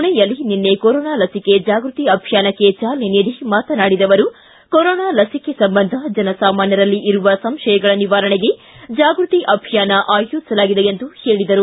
ಪುಣೆಯಲ್ಲಿ ನಿನ್ನೆ ಕೊರೋನಾ ಲಸಿಕೆ ಜಾಗೃತಿ ಅಭಿಯಾನಕ್ಕೆ ಚಾಲನೆ ನೀಡಿ ಮಾತನಾಡಿದ ಅವರು ಕೊರೋನಾ ಲಸಿಕೆ ಸಂಬಂಧ ಜನಸಾಮಾನ್ನರಲ್ಲಿ ಇರುವ ಸಂಶಯಗಳ ನಿವಾರಣೆಗೆ ಜಾಗೃತಿ ಅಭಿಯಾನ ಆಯೋಜಿಸಲಾಗಿದೆ ಎಂದು ತಿಳಿಸಿದರು